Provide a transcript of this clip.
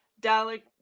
Dalek